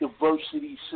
diversity